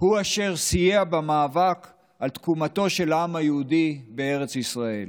הוא אשר סייע במאבק על תקומתו של העם היהודי בארץ ישראל,